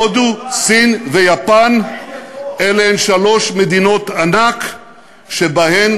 הודו, סין ויפן אלה שלוש מדינות ענק שבהן